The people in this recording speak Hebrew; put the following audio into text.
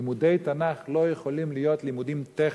לימודי תנ"ך לא יכולים להיות לימודים טכניים.